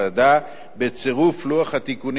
בצירוף לוח התיקונים שצורף,